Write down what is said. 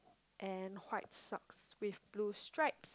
and white socks with blue stripe